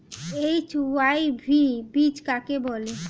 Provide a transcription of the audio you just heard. HYV বীজ কাকে বলে?